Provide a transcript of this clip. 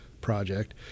project